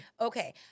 Okay